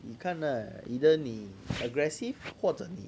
你看 lah either 你 aggressive 或者你